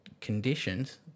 conditions